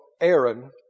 Aaron